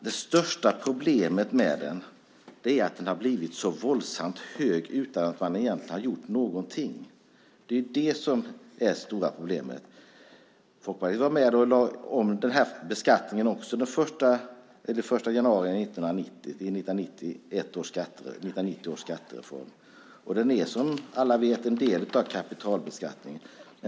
Det största problemet med fastighetsskatten är att den har blivit så våldsamt hög utan att man egentligen har gjort någonting. Det är det stora problemet. Folkpartiet var med och lade om beskattningen den 1 januari 1990 - 1990 års skattereform. Den är, som alla vet, en del av kapitalbeskattningen.